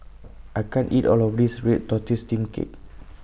I can't eat All of This Red Tortoise Steamed Cake